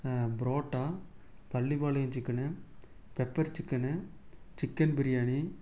parotta Pallipalayam chicken pepper chicken chicken biryani